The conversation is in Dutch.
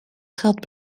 geld